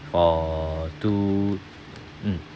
for two mm